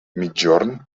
migjorn